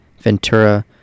ventura